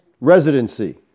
residency